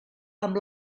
amb